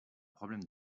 problème